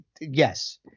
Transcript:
Yes